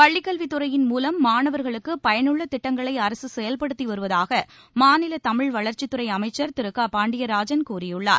பள்ளிக்கல்வித்துறையின் மூலம் மாணவர்களுக்கு பயனுள்ள திட்டங்களை அரசு செயல்படுத்தி வருவதாக மாநில தமிழ் வளர்ச்சித்துறை அமைச்சர் திரு க பாண்டியராஜன் கூறியுள்ளார்